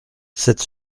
sept